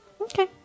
Okay